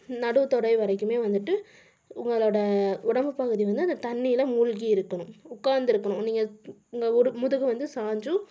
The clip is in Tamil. நடு தொடை வரைக்கும் வந்துட்டு உங்களோட உடம்பு பகுதி வந்து அந்த தண்ணியில் மூழ்கி இருக்கணும் உக்காந்திருக்கணும் நீங்கள் உங்கள் முதுகு வந்து சாய்ஞ்சும்